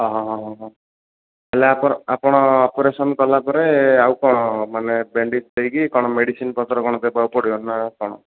ହଁ ହଁ ହଁ ହଁ ହଁ ହେଲେ ଆପଣ ଆପଣ ଅପରେସନ କଲା ପରେ ଆଉ କ'ଣ ମାନେ ବ୍ୟାଣ୍ଡେଜ ଦେଇକି କ'ଣ ମେଡ଼ିସିନ୍ ପତ୍ର କ'ଣ ଦେବାକୁ ପଡ଼ିବ ନାଁ କ'ଣ